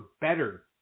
better